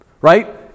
Right